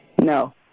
No